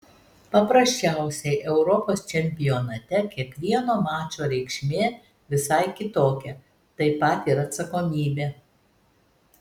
paprasčiausiai europos čempionate kiekvieno mačo reikšmė visai kitokia taip pat ir atsakomybė